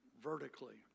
vertically